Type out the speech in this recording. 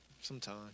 Sometime